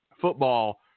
football